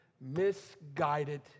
misguided